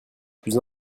plus